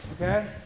okay